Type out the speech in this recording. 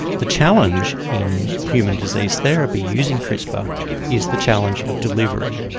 the challenge in human disease therapy using crispr is the challenge of delivery.